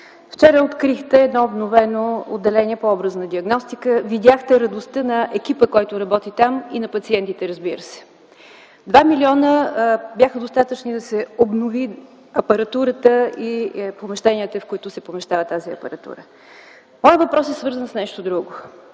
Вчера открихте едно обновено отделение по образна диагностика, видяхте радостта на екипа, който работи там, и на пациентите, разбира се. Два милиона лева бяха достатъчни, да се обнови апаратурата и помещенията, в които се помещава тя. Моят въпрос е свързан с нещо друго.